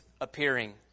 appearing